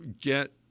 get